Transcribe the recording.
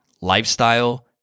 lifestyle